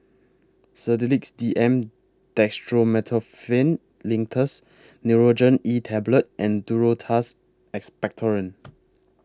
Sedilix D M Dextromethorphan Linctus Nurogen E Tablet and Duro Tuss Expectorant